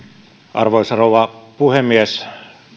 arvoisa rouva puhemies